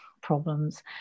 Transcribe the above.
problems